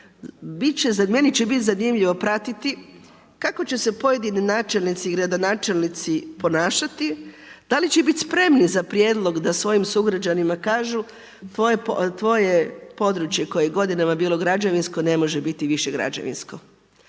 Meni će biti zanimljivo pratiti kako će se pojedini načelnici i gradonačelnici ponašati, da li će biti spremni za prijedlog da svojim sugrađanima kažu, tvoje područje koje godinama bilo građevinsko ne može biti više građevinsko.